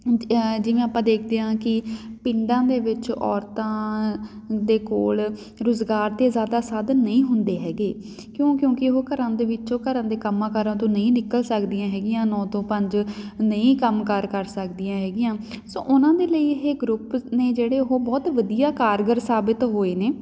ਜਿਵੇਂ ਆਪਾਂ ਦੇਖਦੇ ਹਾਂ ਕਿ ਪਿੰਡਾਂ ਦੇ ਵਿੱਚ ਔਰਤਾਂ ਦੇ ਕੋਲ ਰੁਜ਼ਗਾਰ ਦੇ ਜ਼ਿਆਦਾ ਸਾਧਨ ਨਹੀਂ ਹੁੰਦੇ ਹੈਗੇ ਕਿਉਂ ਕਿਉਂਕਿ ਉਹ ਘਰਾਂ ਦੇ ਵਿੱਚੋਂ ਘਰਾਂ ਦੇ ਕੰਮਾਂ ਕਾਰਾਂ ਤੋਂ ਨਹੀਂ ਨਿਕਲ ਸਕਦੀਆਂ ਹੈਗੀਆਂ ਨੌ ਤੋਂ ਪੰਜ ਨਹੀਂ ਕੰਮ ਕਾਰ ਕਰ ਸਕਦੀਆਂ ਹੈਗੀਆਂ ਸੋ ਉਹਨਾਂ ਦੇ ਲਈ ਇਹ ਗਰੁੱਪ ਨੇ ਜਿਹੜੇ ਉਹ ਬਹੁਤ ਵਧੀਆ ਕਾਰਗਰ ਸਾਬਿਤ ਹੋਏ ਨੇ